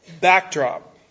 backdrop